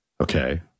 okay